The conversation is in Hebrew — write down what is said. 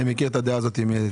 אני מכיר את הדעה הזאת.